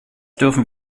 dürfen